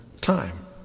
time